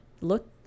look